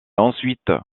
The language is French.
ensuite